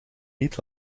niet